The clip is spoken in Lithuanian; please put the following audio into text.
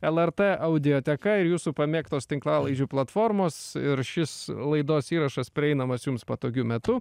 lrt audioteka ir jūsų pamėgtos tinklalaidžių platformos ir šis laidos įrašas praeinamas jums patogiu metu